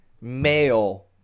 male